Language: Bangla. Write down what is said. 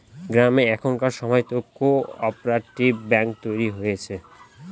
গ্রামে এখনকার সময়তো কো অপারেটিভ ব্যাঙ্ক তৈরী হয়েছে